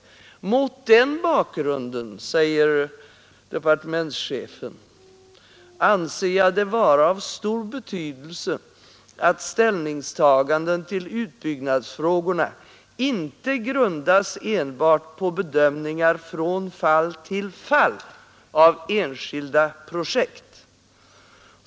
”Mot den bakgrunden”, säger departementschefen, ”anser jag det vara av stor betydelse att ställningstaganden till utbyggnadsfrågorna inte grundas enbart på bedömningar från fall till fall av enskilda projekt.